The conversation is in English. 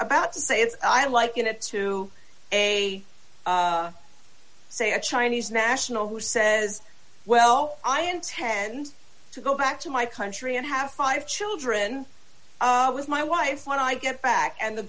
about to say is i liken it to a say a chinese national who says well i intend to go back to my country and have five children with my wife when i get back and the